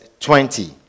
20